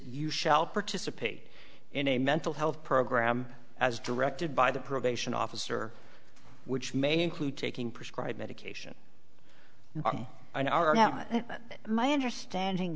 you shall participate in a mental health program as directed by the probation officer which may include taking prescribed medication and i know are not my understanding